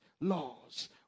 laws